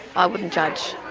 i wouldn't judge.